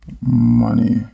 Money